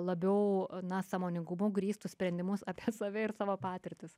labiau na sąmoningumu grįstus sprendimus apie save ir savo patirtis